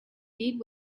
did